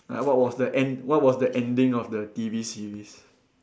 like what was the end~ what was the ending of the T_V series